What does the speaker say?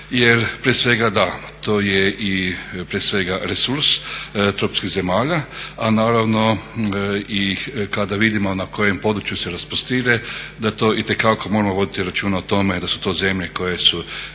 prije svega resurs tropskih zemalja, a naravno i kada vidimo na kojem području se rasprostire da to itekako moramo voditi računa o tome da su to zemlje koje su